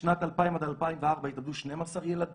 בשנת 2000 עד 2004 התאבדו 12 ילדים.